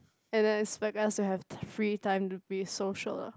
and then expect us to have free time to be social ah